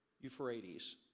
Euphrates